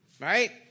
right